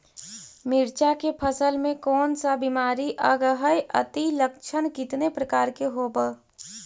मीरचा के फसल मे कोन सा बीमारी लगहय, अती लक्षण कितने प्रकार के होब?